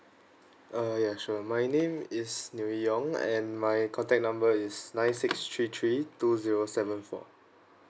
uh ya sure my name is neo yong and my contact number is nine six three three two zero seven four